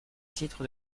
titre